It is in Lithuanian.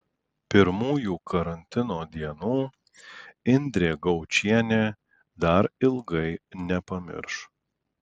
pirmųjų karantino dienų indrė gaučienė dar ilgai nepamirš